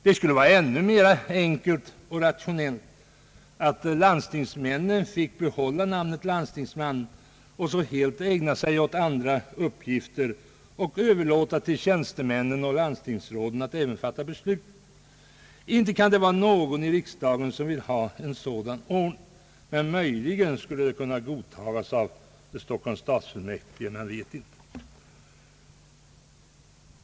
Det vore ännu mer enkelt och rationellt för en landstingsman att behålla det namnet, helt ägna sig åt andra uppgifter och överlåta åt tjänstemännen och landstingsråden att fatta besluten. Men inte kan någon här i riksdagen vilja ha en sådan ordning; möjligen skulle den kunna godtas av Stockholms stadsfullmäktige — man vet inte.